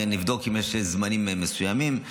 נבדוק אם יש זמנים מסוימים.